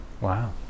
Wow